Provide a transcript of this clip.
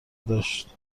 داشت